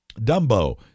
Dumbo